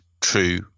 true